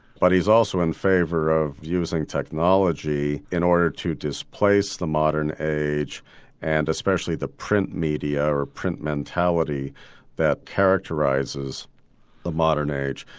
but he's also in favour of using technology in order to displace the modern age and especially the print media or print mentality that characterises the modern age.